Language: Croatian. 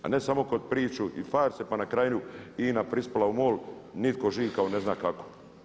A ne samo kroz priču i farse pa na kraju INA prispjela u MOL, nitko živ kao ne zna kako.